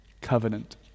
covenant